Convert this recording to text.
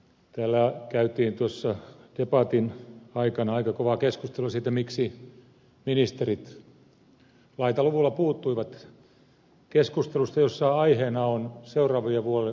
täällä käytiin tuossa debatin aikana aika kova keskustelu siitä miksi ministerit laitaluvulla puuttuivat keskustelusta jossa aiheena ovat valtion seuraavien vuosien budjettilinjat